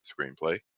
screenplay